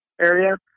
area